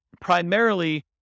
primarily